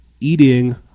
eating